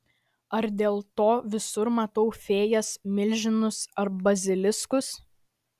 ar dėl to visur matau fėjas milžinus ar baziliskus